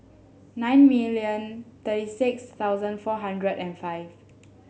nine million thirty six thousand four hundred and five